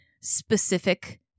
specific